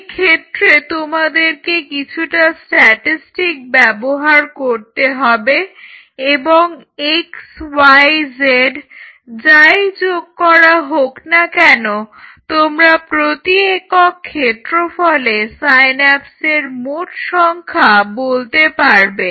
এক্ষেত্রে তোমাদেরকে কিছুটা স্ট্যাটিসটিকস ব্যবহার করতে হবে এবং x y z যাই যোগ করা হোকনা কেন তোমরা প্রতি একক ক্ষেত্রফলে সাইন্যাপসের মোট সংখ্যা বলতে পারবে